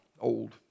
Old